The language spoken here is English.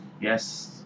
Yes